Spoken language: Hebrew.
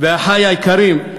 ואחי היקרים,